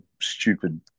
stupid